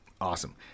Awesome